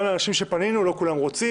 גם אנשים שפנינו אליהם לא כולם רוצים.